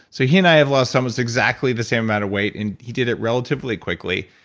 so he and i have lost almost exactly the same amount of weight, and he did it relatively quickly.